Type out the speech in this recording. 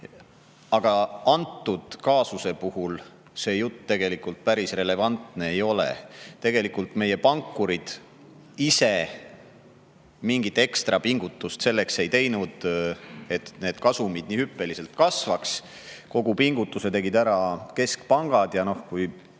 Aga antud kaasuse puhul see jutt päris relevantne ei ole. Tegelikult ei teinud meie pankurid ise mingit ekstrapingutust selleks, et need kasumid nii hüppeliselt kasvaks. Kogu pingutuse tegid ära keskpangad ja kui